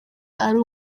ari